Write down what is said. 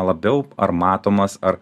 labiau ar matomas ar